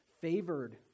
favored